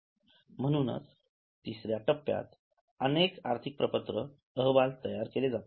म्हणून तिसऱ्या टप्प्यात अनेक आर्थिक प्रपत्र अहवाल तयार केले जातात